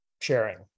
sharing